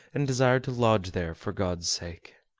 and desired to lodge there for god's sake.